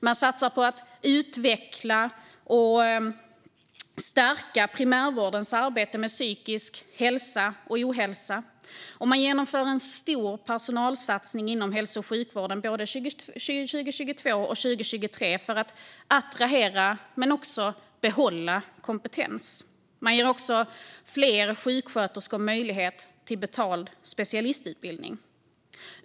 Man satsar på att utveckla och stärka primärvårdens arbete med psykisk hälsa och ohälsa. Man genomför en stor personalsatsning inom hälso och sjukvården, både 2022 och 2023, för att attrahera men också behålla kompetens. Man ger också fler sjuksköterskor möjlighet till betald specialistutbildning.